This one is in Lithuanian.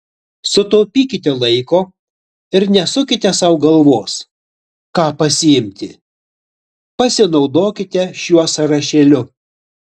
sutaupykite laiko ir nesukite sau galvos ką pasiimti pasinaudokite šiuo sąrašėliu